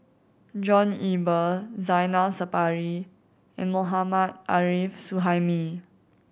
John Eber Zainal Sapari and Mohammad Arif Suhaimi